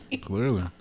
clearly